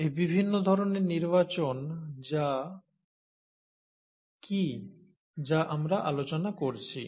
এই বিভিন্ন ধরণের নির্বাচন কি যা আমরা আলোচনা করছি